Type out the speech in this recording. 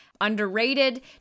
underrated